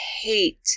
hate